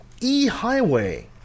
e-highway